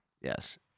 Yes